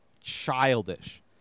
Childish